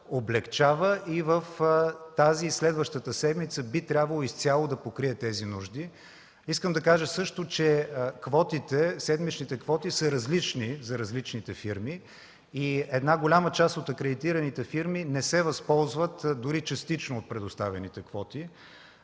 облекчава и през тази, и през следващата седмица би трябвало изцяло да покрие тези нужди. Искам също да кажа, че седмичните квоти за различните фирми са различни. Голяма част от акредитираните фирми не се възползват, дори и частично, от предоставените квоти.